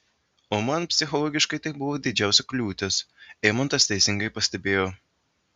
o man psichologiškai tai buvo didžiausia kliūtis eimuntas teisingai pastebėjo